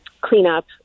cleanup